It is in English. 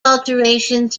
alterations